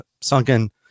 sunken